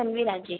Tanvi Raje